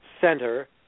center